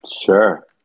Sure